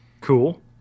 Cool